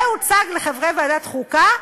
זה הוצג לחברי ועדת החוקה,